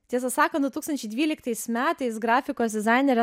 tiesą sakant du tūkstančiai dvyliktais metais grafikos dizainerė